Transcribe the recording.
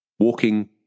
walking